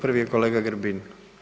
Prvi je kolega Grbin.